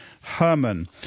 Herman